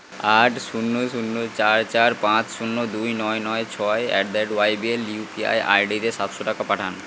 আট শূন্য শূন্য চার চার পাঁচ শূন্য দুই নয় নয় ছয় at the rate YBL UPI আইডিতে সাতশো টাকা পাঠান